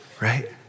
right